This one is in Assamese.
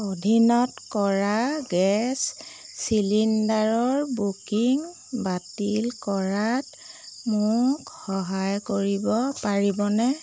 অধীনত কৰা গেছ চিলিণ্ডাৰৰ বুকিং বাতিল কৰাত মোক সহায় কৰিব পাৰিবনে